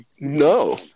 No